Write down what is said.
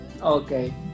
Okay